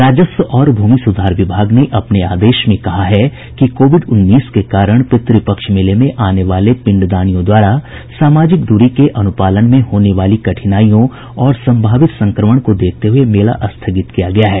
राजस्व और भूमि सुधार विभाग ने अपने आदेश में कहा है कि कोविड उन्नीस के कारण पितृपक्ष मेले में आने वाले पिंडदानियों द्वारा सामाजिक द्री के अनुपालन में होने वाली कठिनाईयों और सम्भावित संक्रमण को देखते हुये मेला स्थगित किया गया है